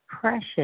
precious